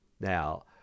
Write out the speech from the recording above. Now